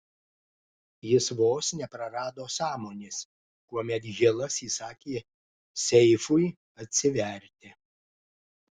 jis vos neprarado sąmonės kuomet hilas įsakė seifui atsiverti